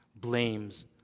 blames